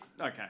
Okay